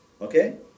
okay